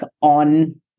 on